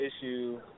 issue